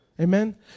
amen